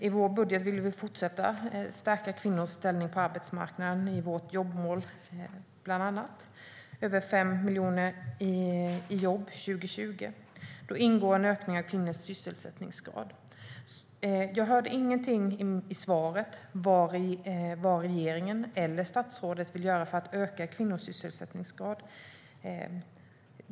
I vår budget ville vi fortsätta att stärka kvinnors ställning på arbetsmarknaden, bland annat i vårt jobbmål med över 5 miljoner i jobb 2020. Där ingår en ökning av kvinnors sysselsättningsgrad. Jag hörde inget i svaret om vad regeringen eller statsrådet vill göra för att öka kvinnors sysselsättningsgrad.